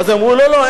ואז הם אמרו: לא, לא.